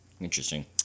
Interesting